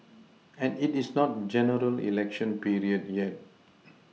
and it is not general election period yet